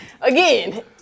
Again